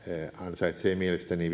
ansaitsee mielestäni